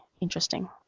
interesting